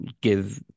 give